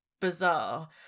bizarre